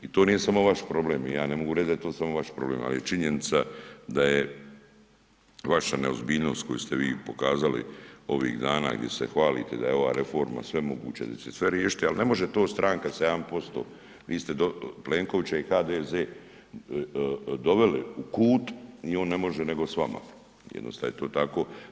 I to nije samo vaš problem, ja ne mogu reći da je to samo vaš problem, ali je činjenica da je vaša neozbiljnost koju ste vi pokazali ovih dana gdje se hvalite da je ova reforma svemoguća, da će se sve riješiti, ali ne može stranka sa 1%, vi ste Plenkovića i HDZ doveli u kut i on ne može nego s vama, jednostavno je to tako.